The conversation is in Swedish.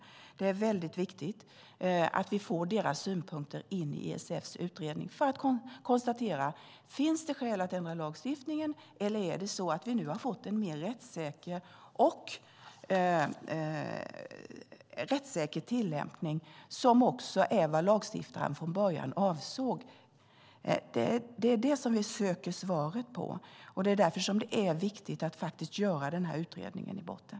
Det är väldigt viktigt att vi får in deras synpunkter i ISF:s utredning för att konstatera läget. Finns det skäl att ändra lagstiftningen? Eller är det så att vi nu har fått en mer rättssäker tillämpning, som också är vad lagstiftaren från början avsåg? Det är vad vi söker svaret på. Det är därför som det är viktigt att göra utredningen i botten.